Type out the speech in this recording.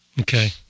Okay